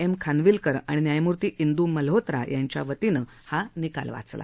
M Khanwilkar आणि न्यायमूर्ती इंदू मल्होत्रा यांच्या वतीनं हा निकाल वाचला